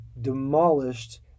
demolished